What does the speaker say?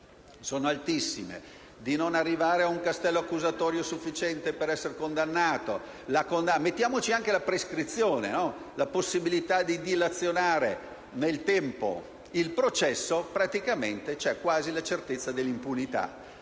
scoperto, di non arrivare ad un castello accusatorio sufficiente per essere condannato e consideriamo anche la prescrizione, quindi la possibilità di dilazionare nel tempo il processo, praticamente vi è quasi la certezza dell'impunità.